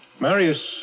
Marius